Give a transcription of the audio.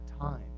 time